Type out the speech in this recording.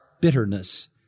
bitterness